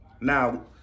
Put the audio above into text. Now